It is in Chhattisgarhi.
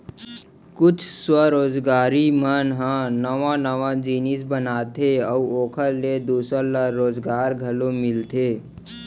कुछ स्वरोजगारी मन ह नवा नवा जिनिस बनाथे अउ ओखर ले दूसर ल रोजगार घलो मिलथे